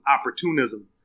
opportunism